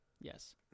Yes